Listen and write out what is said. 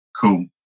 Cool